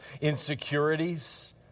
insecurities